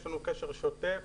יש לנו קשר שוטף